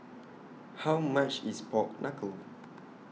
How much IS Pork Kuckle